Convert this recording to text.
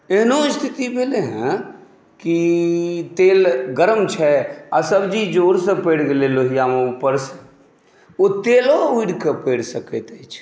एहनो स्थिति भेलैहँ की तेल गरम छै आ सब्जी जोरसँ पड़ि गेलै लोहिआमे ऊपरसँ ओ तेलो ऊड़िकऽ पड़ि सकैत अछि